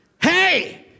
Hey